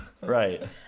Right